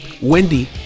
Wendy